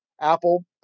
Apple